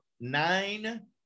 nine